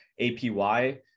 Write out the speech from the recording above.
APY